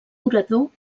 orador